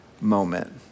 moment